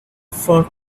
for